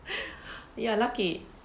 ya lucky